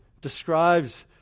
describes